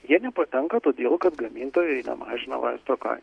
jie nepatenka todėl kad gamintojai mažina vaisto kai